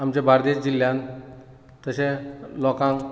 आमचे बार्देस जिल्ल्यांत तशेंच लोकांक